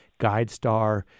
GuideStar